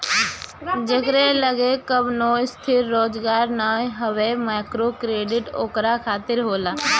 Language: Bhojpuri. जेकरी लगे कवनो स्थिर रोजगार नाइ हवे माइक्रोक्रेडिट ओकरा खातिर होला